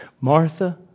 Martha